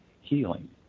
healing